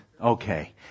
Okay